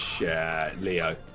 Leo